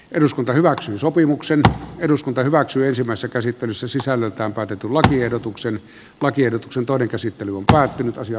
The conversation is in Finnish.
eduskunta hyväksyy sopimuksen eduskunta hyväksyisimmassa käsittelyssä sisällöltään katetun lakiehdotuksen lakiehdotuksen torikäsittely on päättynyt asiaa